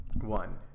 One